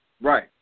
Right